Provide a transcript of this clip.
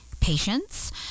patients